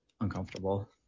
uncomfortable